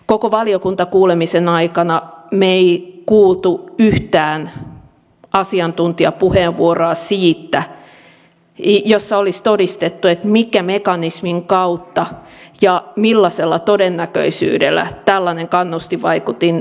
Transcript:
koko valiokuntakuulemisen aikana me emme kuulleet yhtään asiantuntijapuheenvuoroa jossa olisi todistettu minkä mekanismin kautta ja millaisella todennäköisyydellä tällainen kannustinvaikutin toimisi